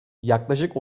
yaklaşık